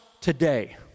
today